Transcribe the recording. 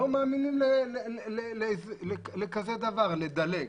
לא מאמינים לכזה דבר, לדלג.